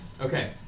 Okay